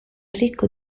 ricco